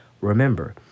remember